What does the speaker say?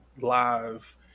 live